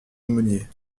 aumônier